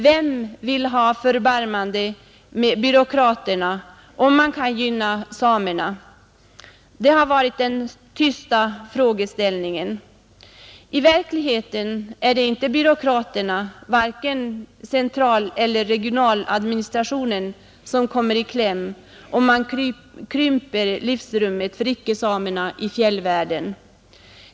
Vem vill ha förbarmande med byråkraterna, om man kan gynna samerna? har varit den tysta frågeställningen. I verkligheten är det inte byråkraterna — varken centraleller regionaladministrationen — som kommer i kläm om man krymper livsrummet för icke-samerna i fjällvärlden.